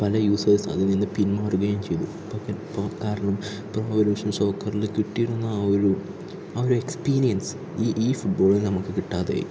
പല യൂസേഴ്സ് അതിൽ നിന്ന് പിൻമാറുകയും ചെയ്തു ഇപ്പോൾ ഇപ്പോൾ കാരണം പ്രൊ എവല്യൂഷൻ സോക്കറില് കിട്ടിയിരുന്ന ആ ഒരു ആ ഒരു എക്സ്പീരിയൻസ് ഈ ഇ ഫുഡ്ബോളിൽ നമുക്ക് കിട്ടാതെ ആയി